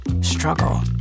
struggle